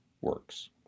works